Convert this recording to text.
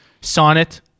sonnet